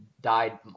died